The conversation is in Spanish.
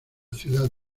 ciudad